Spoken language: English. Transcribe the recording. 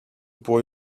boy